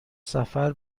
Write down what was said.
سفر